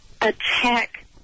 attack